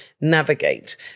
navigate